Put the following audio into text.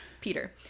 Peter